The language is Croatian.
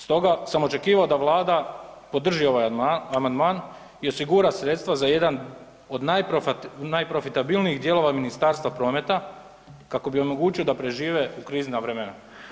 Stoga sam očekivao da Vlada podrži ovaj amandman i osigura sredstva za jedan od najprofitabilnijih dijelova Ministarstva prometa kako bi omogućio da prežive u krizna vremena.